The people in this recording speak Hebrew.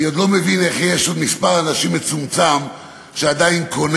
אני עוד לא מבין איך יש עוד מספר אנשים מצומצם שעדיין קונים